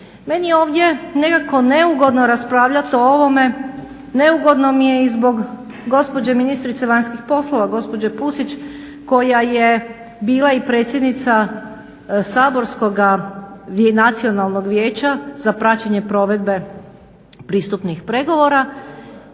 Meni je ovdje nekako neugodno raspravljati o ovome, neugodno mi je i zbog gospođe ministrice vanjskih poslova gospođe Pusić koja je bila i predsjednica saborskog Nacionalnog vijeća za praćenje provedbe pristupnih pregovora